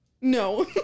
No